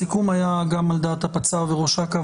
הסיכום היה גם על דעת הפצ"רית וראש אכ"א,